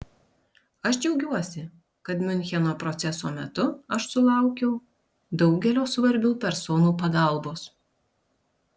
aš džiaugiuosi kad miuncheno proceso metu aš sulaukiau daugelio svarbių personų pagalbos